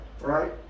right